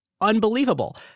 Unbelievable